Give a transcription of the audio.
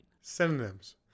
Synonyms